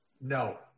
No